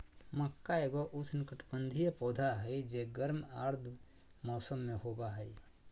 मक्का एगो उष्णकटिबंधीय पौधा हइ जे गर्म आर्द्र मौसम में होबा हइ